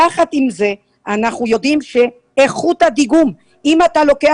יחד עם זאת אנחנו יודעים שאיכות הדיגום אם אתה לוקח